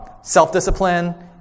self-discipline